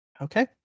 Okay